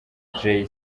jay